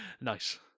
Nice